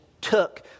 took